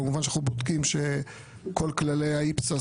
כמובן שאנחנו בודקים שכל כללי ה-IPSAS